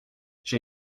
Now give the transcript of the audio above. j’ai